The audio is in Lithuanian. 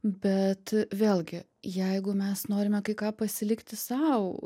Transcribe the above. bet vėlgi jeigu mes norime kai ką pasilikti sau